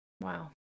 Wow